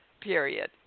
period